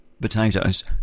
potatoes